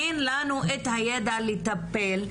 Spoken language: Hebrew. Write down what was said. אין לנו את הידע לטפל.